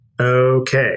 Okay